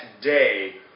day